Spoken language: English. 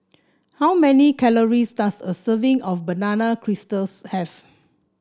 how many calories does a serving of banana have